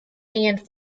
and